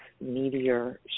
meteor